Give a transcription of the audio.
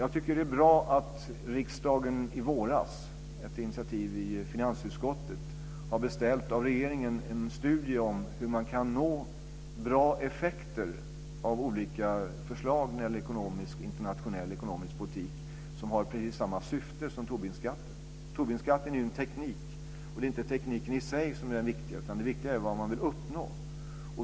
Jag tycker att det är bra att riksdagen i våras, efter ett initiativ i finansutskottet, av regeringen har beställt en studie om hur man kan nå bra effekter av olika förslag när det gäller internationell ekonomisk politik som har precis samma syfte som Tobinskatten. Tobinskatten är ju en teknik och det är inte tekniken i sig som är det viktiga, utan det viktiga är vad man vill uppnå.